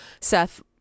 Seth